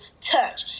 touch